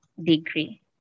degree